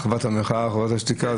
חובת המחאה וחובת השתיקה.